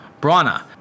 Brana